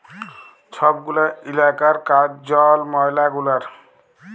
ছব গুলা ইলাকার কাজ জল, ময়লা গুলার